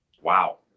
wow